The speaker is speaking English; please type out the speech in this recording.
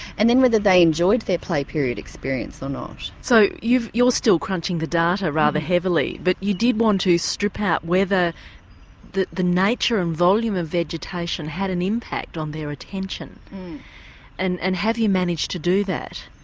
and then whether they enjoyed their play period experience or not. so you're still crunching the data rather heavily, but you did want to strip out whether the the nature and volume of vegetation had an impact on their attention and and have you managed to do that?